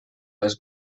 les